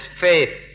faith